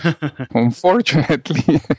unfortunately